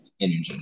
energy